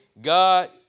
God